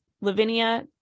Lavinia